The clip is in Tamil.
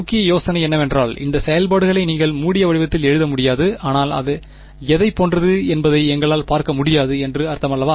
முக்கிய யோசனை என்னவென்றால் இந்த செயல்பாடுகளை நீங்கள் மூடிய வடிவத்தில் எழுத முடியாது ஆனால் அது எதைப் போன்றது என்பதை எங்களால் பார்க்க முடியாது என்று அர்த்தமல்லவா